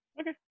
okay